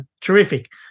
terrific